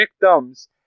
victims